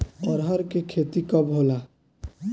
अरहर के खेती कब होला?